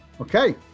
Okay